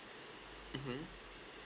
mmhmm